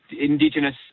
Indigenous